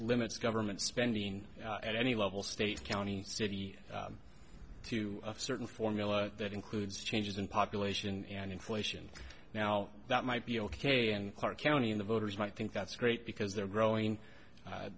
limits government spending at any level state county city to a certain formula that includes changes in population and inflation now that might be ok and clark county in the voters might think that's great because they're growing